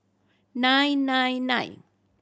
nine nine nine